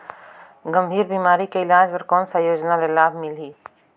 गंभीर बीमारी के इलाज बर कौन सा योजना ले लाभ मिलही?